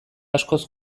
askoz